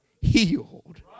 healed